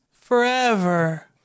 forever